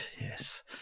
Yes